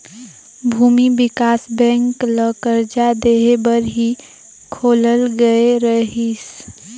भूमि बिकास बेंक ल करजा देहे बर ही खोलल गये रहीस